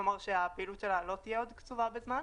כלומר שפעילותה לא תהיה עוד קצובה בזמן,